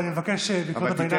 אני מבקש מקריאות הביניים,